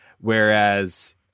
Whereas